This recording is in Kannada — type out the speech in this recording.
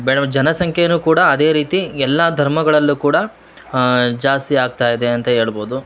ಬೆಳೆವ ಜನಸಂಖೈನು ಕೂಡ ಅದೇ ರೀತಿ ಎಲ್ಲಾ ಧರ್ಮಗಳಲ್ಲೂ ಕೂಡ ಜಾಸ್ತಿ ಆಗ್ತಾ ಇದೆ ಅಂತ ಹೇಳ್ಬೋದು